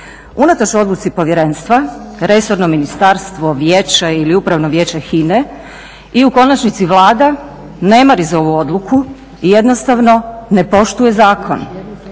Unatoč odluci povjerenstva resorno ministarstvo, vijeće ili Upravno vijeće HINA-e i u konačnici Vlada ne mari za ovu odluku i jednostavno ne poštuje zakon.